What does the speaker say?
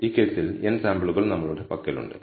ഈ കേസിൽ n സാമ്പിളുകൾ നമ്മുടെ പക്കലുണ്ട്